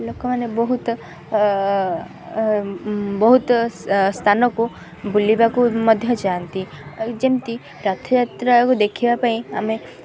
ଲୋକମାନେ ବହୁତ ବହୁତ ସ୍ଥାନକୁ ବୁଲିବାକୁ ମଧ୍ୟ ଯାଆନ୍ତି ଯେମିତି ରାର୍ଥଯାତ୍ରାକୁ ଦେଖିବା ପାଇଁ ଆମେ